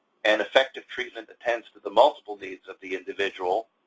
and effective treatment that tends to the multiple needs of the individual,